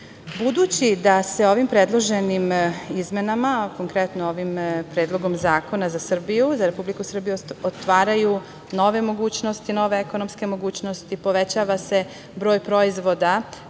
da se ovim predloženim izmenama, konkretno ovim Predlogom zakona za Srbiju, za Republiku Srbiju otvaraju nove mogućnosti, nove ekonomske mogućnosti, povećava se broj proizvoda